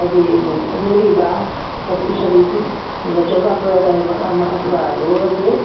कि रोड़ी बा सब इ सब यूटु व चौका पुराता है अथवा गोबर के